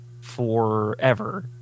forever